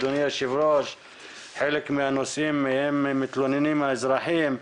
אדוני היושב-ראש חלק מהנושאים עליהם מתלוננים האזרחים.